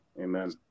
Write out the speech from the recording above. Amen